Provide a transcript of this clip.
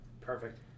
Perfect